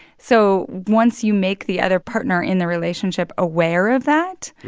so once you make the other partner in the relationship aware of that,